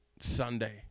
Sunday